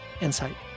Insight